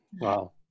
Wow